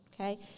Okay